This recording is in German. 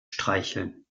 streicheln